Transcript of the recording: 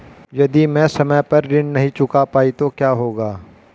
यदि मैं समय पर ऋण नहीं चुका पाई तो क्या होगा?